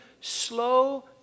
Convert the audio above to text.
slow